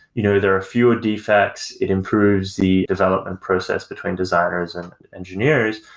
you know there are fewer defects, it improves the development process between designers and engineers.